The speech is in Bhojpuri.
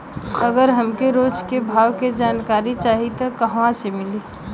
अगर हमके रोज के भाव के जानकारी चाही त कहवा से मिली?